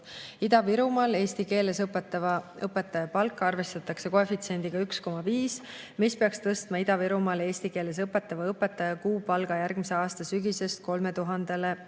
Ida-Virumaal eesti keeles õpetava õpetaja palka arvestatakse koefitsiendiga 1,5, mis peaks tõstma Ida-Virumaal eesti keeles õpetava õpetaja kuupalga järgmise aasta sügisest 3000 euroni.